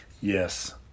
Yes